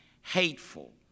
hateful